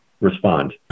respond